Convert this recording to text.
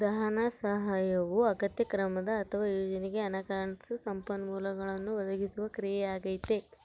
ಧನಸಹಾಯವು ಅಗತ್ಯ ಕಾರ್ಯಕ್ರಮ ಅಥವಾ ಯೋಜನೆಗೆ ಹಣಕಾಸು ಸಂಪನ್ಮೂಲಗಳನ್ನು ಒದಗಿಸುವ ಕ್ರಿಯೆಯಾಗೈತೆ